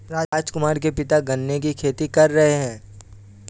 राजकुमार के पिता गन्ने की खेती कर रहे हैं